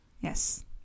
Yes